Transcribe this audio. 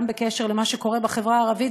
גם בקשר למה שקורה בחברה הערבית,